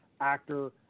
actor